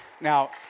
Now